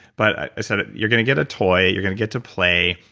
but i said, ah you're gonna get a toy. you're gonna get to play.